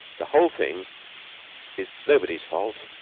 the whole thing is nobody's fault,